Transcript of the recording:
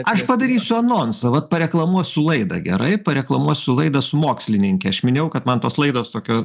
aš padarysiu anonsą vat pareklamuosiu laidą gerai pareklamuosiu laidą su mokslininke aš minėjau kad man tos laidos tokio